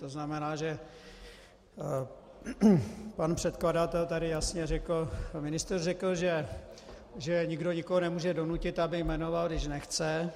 To znamená, že pan předkladatel tady jasně řekl, ministr řekl, že nikdo nikoho nemůže donutit, aby jmenoval, když nechce.